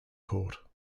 court